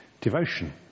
devotion